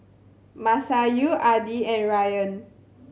Masayu Adi and Ryan